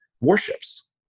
warships